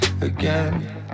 again